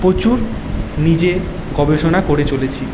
প্রচুর নিজে গবেষণা করে চলেছি